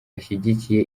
ashigikiye